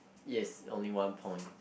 yes only one point